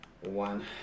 one